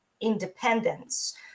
independence